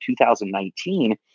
2019